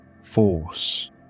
force